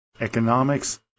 Economics